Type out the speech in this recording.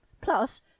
Plus